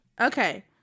Okay